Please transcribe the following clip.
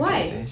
why